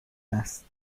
است